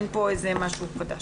אין כאן משהו חדש.